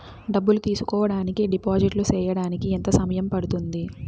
డబ్బులు తీసుకోడానికి డిపాజిట్లు సేయడానికి ఎంత సమయం పడ్తుంది